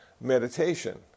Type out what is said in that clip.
meditation